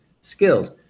skills